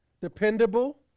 dependable